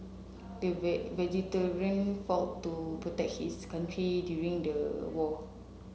the fought to protect his country during the war